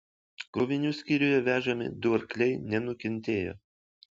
krovinių skyriuje vežami du arkliai nenukentėjo